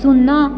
ଶୂନ